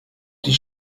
die